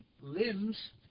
limbs